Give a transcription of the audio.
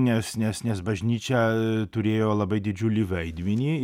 nes nes nes bažnyčia ee turėjo labai didžiulį vaidmenį